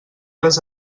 les